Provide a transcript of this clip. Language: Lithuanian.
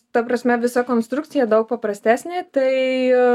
ta prasme visa konstrukcija daug paprastesnė tai